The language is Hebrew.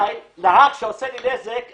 הם מתבצעים על ידי קצין המשטרה בשימוע,